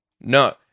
no